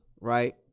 Right